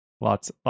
lots